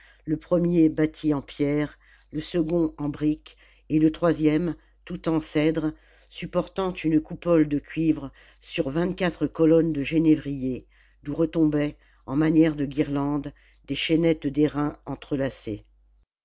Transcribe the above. le premier bâti en pierres le second en briques et le troisième tout en cèdre supportant une coupole de cuivre sur vingt-quatre colonnes de genévrier d'oià retombaient en manière de guirlandes des chaînettes d'airain entrelacées